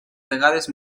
vegades